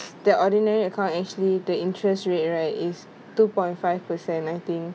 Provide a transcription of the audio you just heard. their ordinary account actually the interest rate right is two point five percent I think